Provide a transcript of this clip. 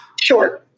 Sure